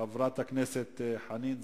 חברת הכנסת חנין זועבי,